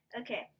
Okay